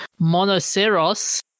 Monoceros